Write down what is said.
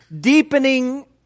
deepening